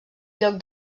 lloc